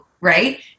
right